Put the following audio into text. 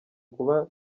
kuba